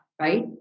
right